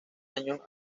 años